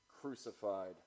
crucified